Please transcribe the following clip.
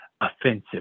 offensive